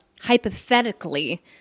hypothetically